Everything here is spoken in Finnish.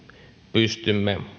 pystymme